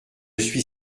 suis